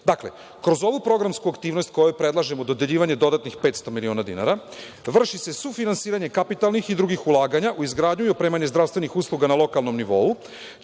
„Kroz ovu programsku aktivnost, u kojoj predlažemo dodeljivanje dodatnih 500 miliona dinara, vrši se sufinansiranje kapitalnih i drugih ulaganja u izgradnju i opremanje zdravstvenih usluga na lokalnom nivou.